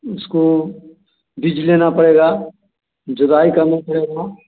उसको बीज लेना पड़ेगा जोताई करना पड़ेगा